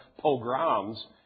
pogroms